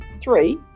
Three